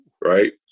right